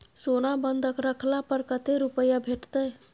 सोना बंधक रखला पर कत्ते रुपिया भेटतै?